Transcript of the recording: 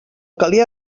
calia